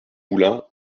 moulin